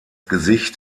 gesicht